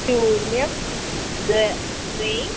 शून्यं द्वे द्वे